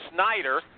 Snyder